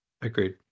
Agreed